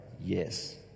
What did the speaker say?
yes